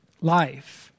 life